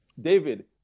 David